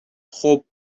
خوب